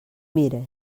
mire